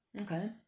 Okay